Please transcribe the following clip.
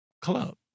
club